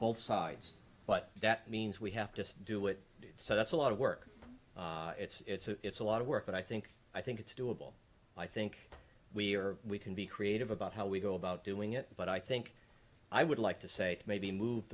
both sides but that means we have to do it so that's a lot of work it's a lot of work but i think i think it's doable i think we're we can be creative about how we go about doing it but i think i would like to say maybe move